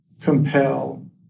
compel